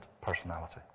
personality